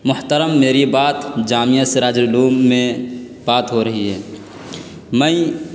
محترم میری بات جامعہ سراج العلوم میں بات ہو رہی ہے میں